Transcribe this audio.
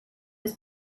was